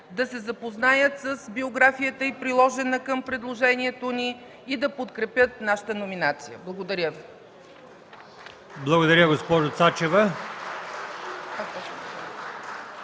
да се запознаят с биографията й, приложена към предложението ни, и да подкрепят нашата номинация. Благодаря Ви. (Ръкопляскания